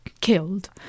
killed